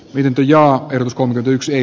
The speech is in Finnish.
lintuja örnskog yksi